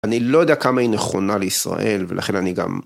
אני לא יודע כמה היא נכונה לישראל, ולכן אני גם...